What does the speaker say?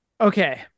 Okay